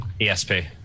ESP